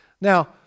Now